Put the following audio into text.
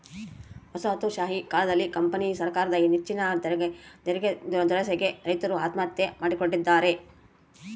ವಸಾಹತುಶಾಹಿ ಕಾಲದಲ್ಲಿ ಕಂಪನಿ ಸರಕಾರದ ಹೆಚ್ಚಿನ ತೆರಿಗೆದುರಾಸೆಗೆ ರೈತರು ಆತ್ಮಹತ್ಯೆ ಮಾಡಿಕೊಂಡಿದ್ದಾರೆ